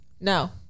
No